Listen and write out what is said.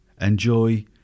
enjoy